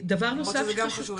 למרות שזה גם חשוב,